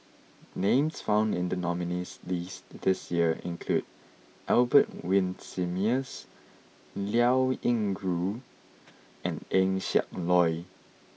names found in the nominees' list this year include Albert Winsemius Liao Yingru and Eng Siak Loy